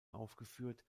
aufgeführt